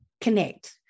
connect